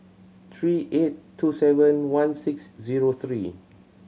three eight two seven one six zero three